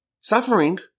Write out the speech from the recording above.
suffering